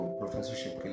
professorship